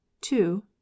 two